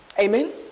Amen